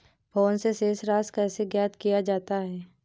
Phone से शेष राशि कैसे ज्ञात किया जाता है?